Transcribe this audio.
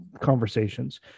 conversations